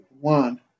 one